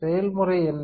செயல்முறை என்ன